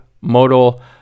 modal